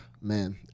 man